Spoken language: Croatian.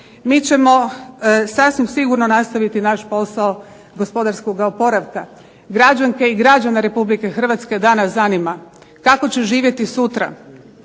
Mi ćemo sasvim sigurno nastaviti naš posao gospodarskog oporavka. Građanke i građane Republike Hrvatske danas zanima kako će živjeti sutra,